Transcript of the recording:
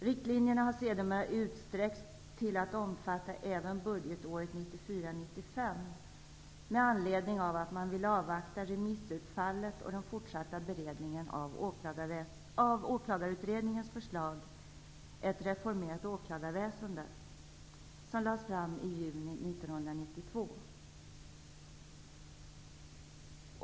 Riktlinjerna har sedermera utsträckts till att omfatta även budgetåret 1994/95, med anledning av att man vill avvakta remissutfallet och den fortsatta beredningen av Åklagarutredningens förslag Ett reformerat åklagarväsende, som lades fram i juni 1992.